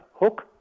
Hook